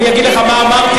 אני אגיד לך מה אמרתי,